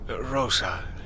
Rosa